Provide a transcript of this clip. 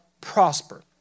prosper